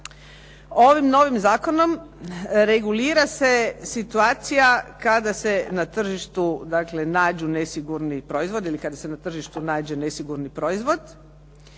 Ovim novim zakonom regulira se situacija kada se na tržištu dakle nađu nesigurni proizvodi